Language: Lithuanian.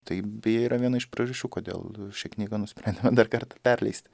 tai beje yra viena iš priežasčių kodėl šią knygą nusprendėme dar kartą perleisti